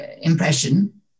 impression